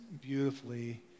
beautifully